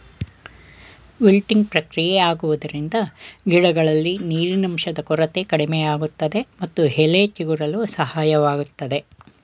wilting ಪ್ರಕ್ರಿಯೆ ಆಗುವುದರಿಂದ ಗಿಡಗಳಲ್ಲಿ ನೀರಿನಂಶದ ಕೊರತೆ ಕಡಿಮೆಯಾಗುತ್ತದೆ ಮತ್ತು ಎಲೆ ಚಿಗುರಲು ಸಹಾಯವಾಗುತ್ತದೆ